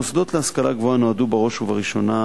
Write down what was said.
המוסדות להשכלה גבוהה נועדו בראש ובראשונה